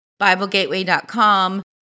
BibleGateway.com